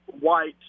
white